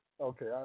Okay